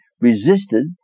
resisted